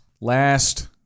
last